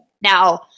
Now